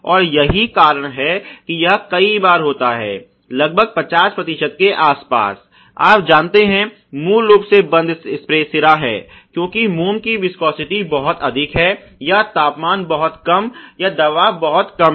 और यही कारण है कि यह कई बार होता है लगभग 50 प्रतिशत के आसपास आप जानते हैं मूल रूप से बंद स्प्रे सिरा है क्योंकि मोम की विस्कोसिटी बहुत अधिक है या तापमान बहुत कम या दबाव बहुत कम है